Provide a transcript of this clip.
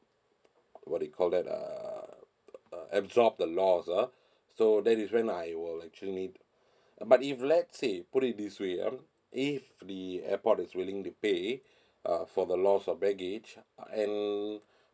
what they call that uh uh absorb the loss ah so that is when I will actually uh but if let's say put it this way um if the airport is willing to pay uh for the loss of baggage and